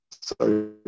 Sorry